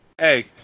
Hey